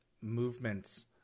movements